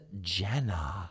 Jenna